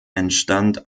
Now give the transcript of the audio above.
entstand